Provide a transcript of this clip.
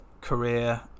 career